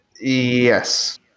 Yes